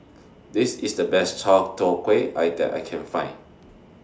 This IS The Best Chai Tow Kuay that I Can Find